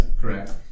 correct